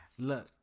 look